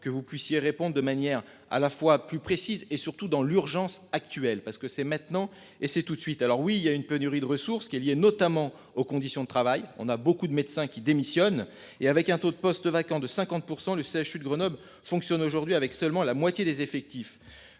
que vous puissiez répondent de manière à la fois plus précises et surtout dans l'urgence actuelle parce que c'est maintenant et c'est toute de suite. Alors oui il y a une pénurie de ressources qui est liée notamment aux conditions de travail. On a beaucoup de médecins qui démissionne et avec un taux de postes vacants de 50 pour le CHU de Grenoble fonctionne aujourd'hui avec seulement la moitié des effectifs.